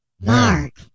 Mark